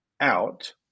out